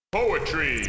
Poetry